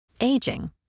Aging